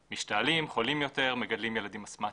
משתעלים, חולים יותר, מגדלים ילדים אסתמטים.